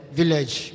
village